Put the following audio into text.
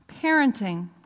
parenting